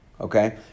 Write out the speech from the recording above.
Okay